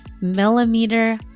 millimeter